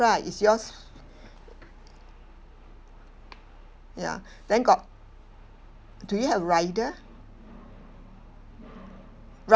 right is yours ya then got do you have rider ride